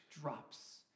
drops